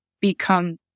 become